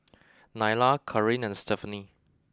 Nylah Caryn and Stephani